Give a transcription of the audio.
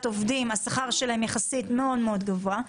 עובדים השכר שלהם יחסית מאוד מאוד גבוה.